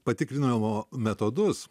patikrinimo metodus